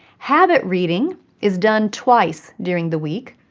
habit reading is done twice during the week,